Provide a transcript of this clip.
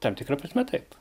tam tikra prasme taip